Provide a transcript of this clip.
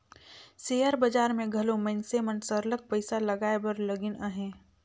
share बजार में घलो मइनसे मन सरलग पइसा लगाए बर लगिन अहें